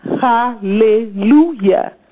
Hallelujah